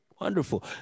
wonderful